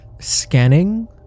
scanning